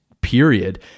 period